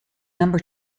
number